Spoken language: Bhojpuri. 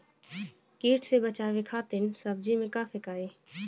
कीट से बचावे खातिन सब्जी में का फेकाई?